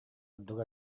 ордук